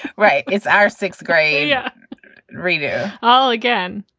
right? it's our sixth grade yeah redo all again.